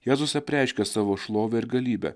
jėzus apreiškia savo šlovę ir galybę